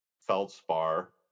feldspar